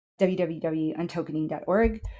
www.untokening.org